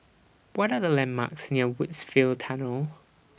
What Are The landmarks near Woodsville Tunnel